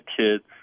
kids